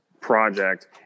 project